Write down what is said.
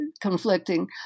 conflicting